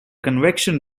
convection